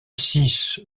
six